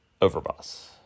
Overboss